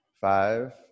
Five